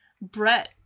Brett